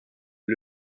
les